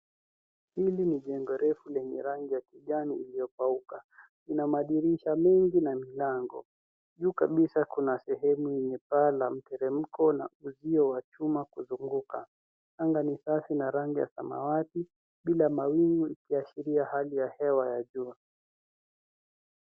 Hili ni jengo refu lenye rangi ya kijani iliyokauka. Ina madirisha mengi na milango. Juu kabisa kuna sehemu yenye paa la mteremko na uzio wa chuma kuzunguka. Anga ni safi na rangi ya samawati bila mawingu ikiashiria hali ya hewa ya jua.